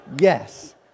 Yes